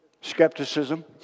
Skepticism